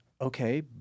okay